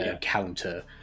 counter